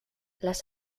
las